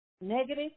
negative